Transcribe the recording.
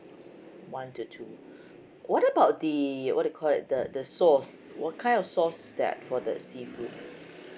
one to two what about the what do you it the the sauce what kind of sauce that for the seafood